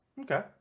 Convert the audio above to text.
Okay